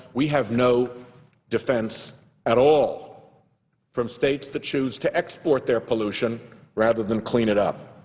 we have no defense at all from states that choose to export their pollution rather than clean it up.